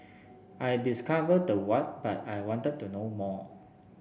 I discovered the what but I wanted to know more